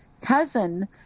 cousin